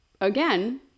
again